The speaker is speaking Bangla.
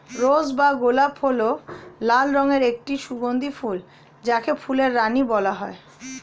রোজ বা গোলাপ হল লাল রঙের একটি সুগন্ধি ফুল যাকে ফুলের রানী বলা হয়